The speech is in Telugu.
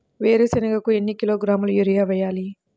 వేరుశనగకు ఎన్ని కిలోగ్రాముల యూరియా వేయాలి?